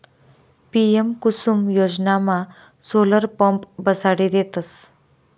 PM Kusum योजनामा solar pump बसाडी देतस